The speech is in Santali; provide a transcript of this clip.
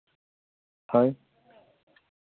ᱦᱮᱸ